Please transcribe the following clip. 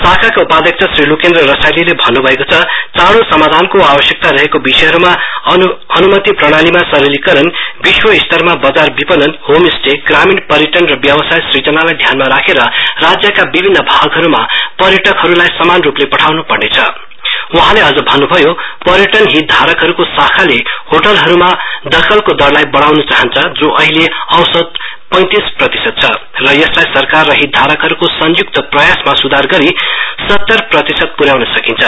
शाखाको उपाध्यक्ष श्री लुकेन्द्र रसाईलीले भन्न् भएको छ चाडो समाधानको आवश्यकता रहेको विषयहरूमा अन्मति प्रणालीमा सरलीकरण विश्व स्तरमा बजार विपनन होम स्टे ग्रामीण पर्यटन र व्यवसाय सिर्जनालाई ध्यानमा राखेर राज्यका विभिन्न भागहरूमा पर्यटकहरूलाई भन्न्भयो पर्यटक हितधारहरूको शाखाले होटलहरूमा दखलको दरली बडाउन् चाहन्छ जो अहिले औसत पैंतिस प्रतिशत छ र यसलाई सरकार र हितधारकहरूको संयुक्त प्रयासमा सुधार गरी सतर प्रतिशत प्र्याउन सकिन्छ